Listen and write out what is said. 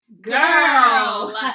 girl